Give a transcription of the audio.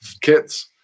kids